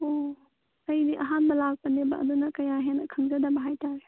ꯑꯣ ꯑꯩꯗꯤ ꯑꯍꯥꯟꯕ ꯂꯥꯛꯄꯅꯦꯕ ꯑꯗꯨꯅ ꯀꯌꯥ ꯍꯦꯟꯅ ꯈꯪꯖꯗꯕ ꯍꯥꯏꯇꯔꯦ